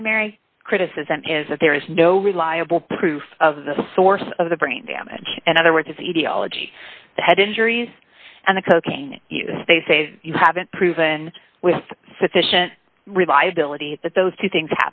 primary criticism is that there is no reliable proof of the source of the brain damage in other words etiology the head injuries and the cocaine use they say you haven't proven with sufficient reliability that those two things